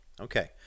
Okay